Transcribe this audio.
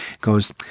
goes